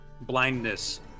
blindness